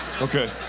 Okay